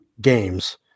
games